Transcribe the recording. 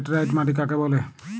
Laterite মাটি কাকে বলে?